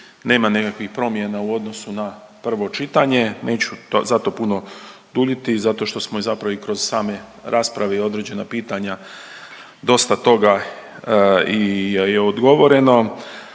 Nema nekakvih promjena u odnosu na prvo čitanje, neću zato puno duljiti zato što smo i zapravo kroz same rasprave i određena pitanja dosta toga i je odgovoreno,